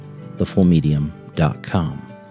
thefullmedium.com